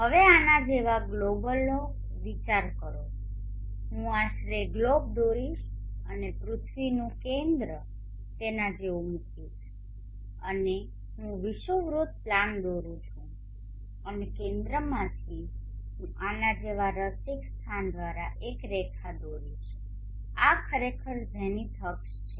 હવે આના જેવા ગ્લોબનો વિચાર કરો હું આશરે ગ્લોબ દોરીશ અને પૃથ્વીનું કેન્દ્ર તેના જેવું મુકીશ અને હું વિષુવવૃત્ત પ્લાન દોરી રહ્યો છું અને કેન્દ્રમાંથી હું આ જેવા રસિક સ્થાન દ્વારા એક રેખા દોરીશ આ ખરેખર ઝેનિથ અક્ષ છે